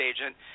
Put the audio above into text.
agent